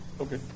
Okay